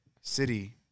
City